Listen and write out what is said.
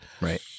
Right